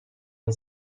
این